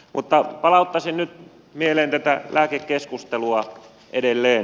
mutta palauttaisin nyt mieleen tätä lääkekeskustelua edelleen